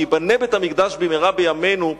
שייבנה בית המקדש במהרה בימינו,